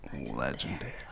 legendary